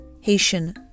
Haitian